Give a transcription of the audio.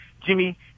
Jimmy